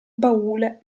baule